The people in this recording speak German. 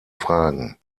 fragen